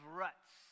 ruts